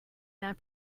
that